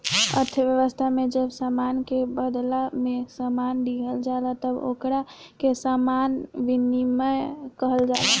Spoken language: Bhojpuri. अर्थव्यवस्था में जब सामान के बादला में सामान दीहल जाला तब ओकरा के सामान विनिमय कहल जाला